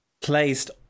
placed